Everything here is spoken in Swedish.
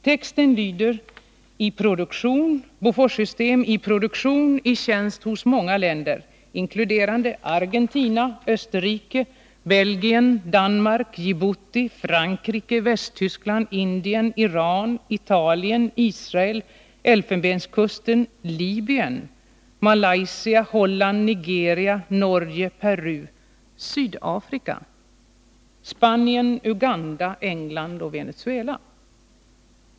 Texten lyder: Boforssystem i produktion, i tjänst hos många länder inkluderande Argentina, Österrike, Belgien, Danmark, Djibouti, Frankrike, Västtyskland, Indien, Iran, Italien, Israel, Elfenbenskusten, Libyen, Malaysia, Holland, Nigeria, Norge, Peru, Sydafrika, Spanien, Uganda, England och Venezuela.